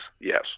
yes